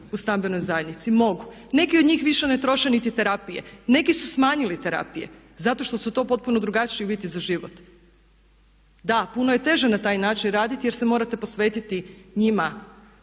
u stambenoj zajednici. Mogu. Neki od njih više ne troše niti terapije, neki su smanjili terapije zato što su to potpuno drugačiji uvjeti za život. Da, puno je teže na taj način raditi, jer se morate posvetiti njima,